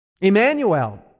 Emmanuel